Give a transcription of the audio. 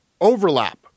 overlap